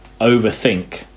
overthink